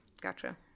Gotcha